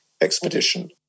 expedition